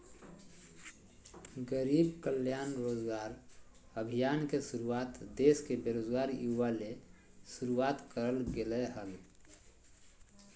गरीब कल्याण रोजगार अभियान के शुरुआत देश के बेरोजगार युवा ले शुरुआत करल गेलय हल